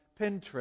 Pinterest